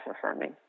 affirming